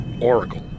oracle